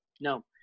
no